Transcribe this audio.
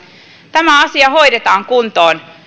tämä asia hoidetaan kuntoon